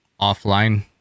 offline